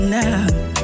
now